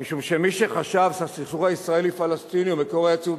משום שמי שחשב שהסכסוך הישראלי-פלסטיני הוא מקור האי-יציבות